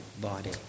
body